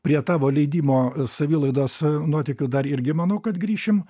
prie tavo leidimo savilaidos nuotykių dar irgi manau kad grįšim